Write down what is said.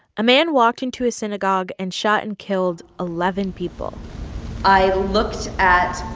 a man walked into a synagogue and shot and killed eleven people i looked at